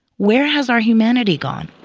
where has our humanity gone?